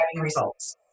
results